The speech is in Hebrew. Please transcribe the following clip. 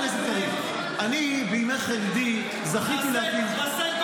אני בימי חלדי --- לשאת את האלונקה?